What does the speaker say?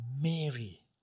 Mary